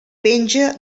penja